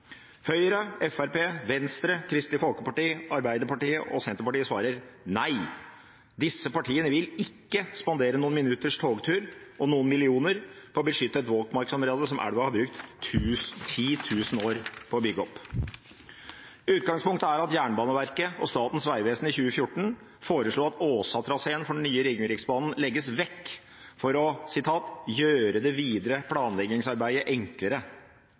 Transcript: Høyre, Fremskrittspartiet, Venstre, Kristelig Folkeparti, Arbeiderpartiet og Senterpartiet svarer nei, disse partiene vil ikke spandere noen minutters togtur og noen millioner kroner på å beskytte et våtmarksområde som elva har brukt 10 000 år på å bygge opp. Utgangspunktet er at Jernbaneverket og Statens vegvesen i 2014 foreslo at Åsa-traseen for den nye Ringeriksbanen legges vekk for å «gjøre det videre planleggingsarbeidet enklere».